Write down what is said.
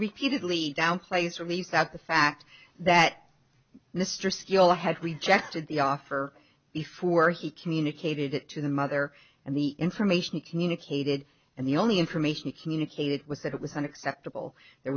repeatedly downplays release that the fact that mr steelhead rejected the offer before he communicated it to the mother and the information communicated and the only information communicated was that it was an acceptable there